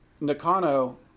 Nakano